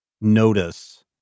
notice